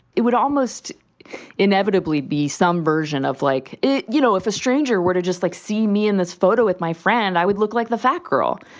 it would almost inevitably be some version of like, you know, if a stranger were to just like see me in this photo with my friend, i would look like the fat girl.